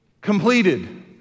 completed